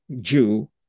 Jew